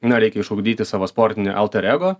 na reikia išugdyti savo sportinį alterego